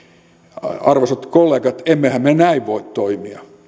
arvoisat kollegat emmehän me näin voi toimia